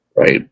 right